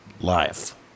life